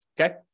okay